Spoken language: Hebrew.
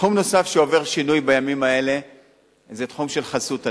תחום נוסף שעובר שינוי בימים האלה זה תחום של חסות הנוער.